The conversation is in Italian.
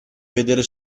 vedere